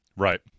Right